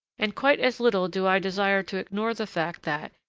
and quite as little do i desire to ignore the fact that,